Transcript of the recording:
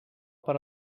per